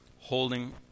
holding